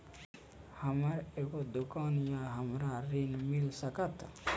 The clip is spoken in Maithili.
हमर एगो दुकान या हमरा ऋण मिल सकत?